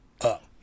up